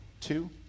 two